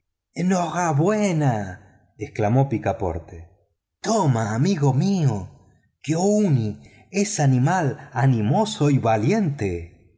tuyo enhorabuena exclamó picaporte toma amigo mío kiouni es animal animoso y valiente